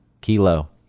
Kilo